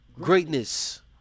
Greatness